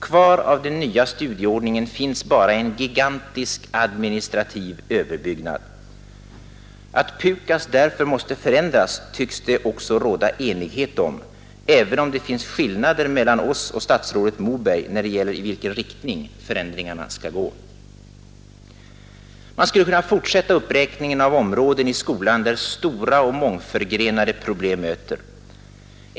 Kvar av den nya studieordningen finns bara en gigantisk administrativ överbyggnad. Att PUKAS därför måste förändras tycks det också råda enighet om även om det finns skillnader mellan oss och statsrådet Moberg när det gäller i vilken riktning förändringarna skall gå! Man skulle kunna fortsätta uppräkningen av områden i skolan där stora och mångförgrenade problem möter.